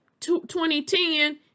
2010